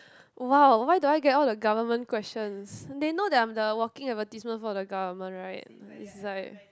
!wow! why do I get all the government questions they know that I'm the walking advertisement for the government right this is like